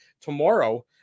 tomorrow